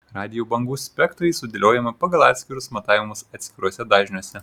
radijo bangų spektrai sudėliojami pagal atskirus matavimus atskiruose dažniuose